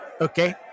Okay